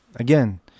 Again